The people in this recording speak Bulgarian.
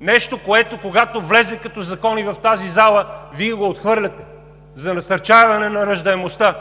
Нещо, което, когато влезе като закон в тази зала, Вие го отхвърляте – за насърчаване на раждаемостта,